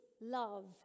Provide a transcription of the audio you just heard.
love